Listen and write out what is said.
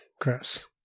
gross